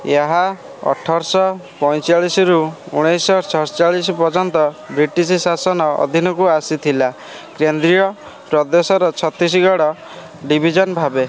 ଏହା ଅଠରଶହ ପଇଁଚାଳିଶିରୁ ଉଣେଇଶହ ସତଚାଳିଶ ପର୍ଯ୍ୟନ୍ତ ବ୍ରିଟିଶ ଶାସନ ଅଧୀନକୁ ଆସିଥିଲା କେନ୍ଦ୍ରୀୟ ପ୍ରଦେଶର ଛତିଶଗଡ଼ ଡିଭିଜନ ଭାବେ